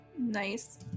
Nice